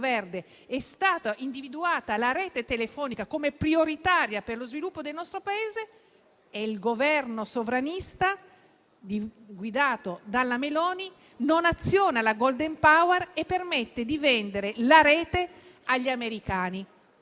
aveva individuato la rete telefonica come prioritaria per lo sviluppo del nostro Paese e il Governo sovranista guidato dalla Meloni non aziona la *golden power* e permette di vendere la rete agli americani.